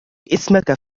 اسمك